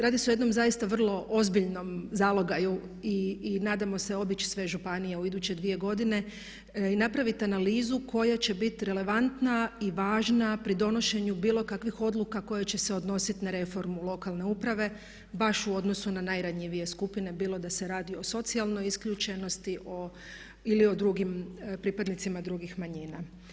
Radi se o jednom zaista vrlo ozbiljnom zalogaju i nadamo se obići sve županije u iduće dvije godine i napraviti analizu koja će biti relevantna i važna pri donošenju bilo kakvih odluka koje će se odnositi na reformu lokalne uprave baš u odnosu na najranjivije skupine bilo da se radi o socijalnoj isključenosti ili o drugim, pripadnicima drugih manjina.